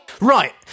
Right